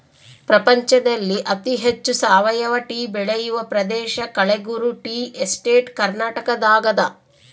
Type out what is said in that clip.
ಪ್ರಪಂಚದಲ್ಲಿ ಅತಿ ಹೆಚ್ಚು ಸಾವಯವ ಟೀ ಬೆಳೆಯುವ ಪ್ರದೇಶ ಕಳೆಗುರು ಟೀ ಎಸ್ಟೇಟ್ ಕರ್ನಾಟಕದಾಗದ